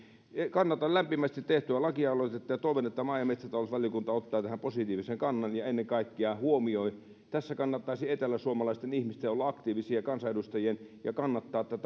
kannatan lämpimästi tehtyä lakialoitetta ja toivon että maa ja metsätalousvaliokunta ottaa tähän positiivisen kannan ja ennen kaikkea huomioi tässä kannattaisi eteläsuomalaisten ihmisten olla aktiivisia ja kansanedustajien ja kannattaa tätä aloitetta